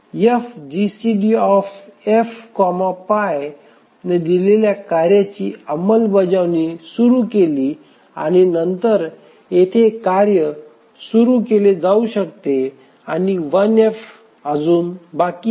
F GCDF pi ने दिलेली कार्याची अंमलबजावणी सुरू केली आणि नंतर येथे कार्य सुरु केले जाऊ शकते आणि 1F बाकी आहे